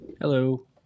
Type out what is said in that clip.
Hello